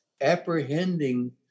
apprehending